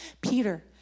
Peter